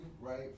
right